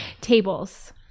Tables